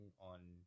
on